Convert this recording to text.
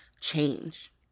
change